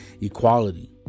equality